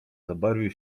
zabarwił